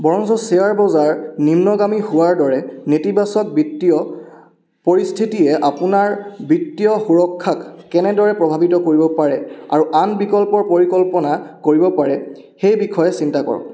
বৰঞ্চ শ্বেয়াৰ বজাৰ নিম্নগামী হোৱাৰ দৰে নেতিবাচক বিত্তীয় পৰিস্থিতিয়ে আপোনাৰ বিত্তীয় সুৰক্ষাক কেনেদৰে প্ৰভাৱিত কৰিব পাৰে আৰু আন বিকল্পৰ পৰিকল্পনা কৰিব পাৰে সেই বিষয়ে চিন্তা কৰক